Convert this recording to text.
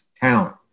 town